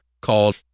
called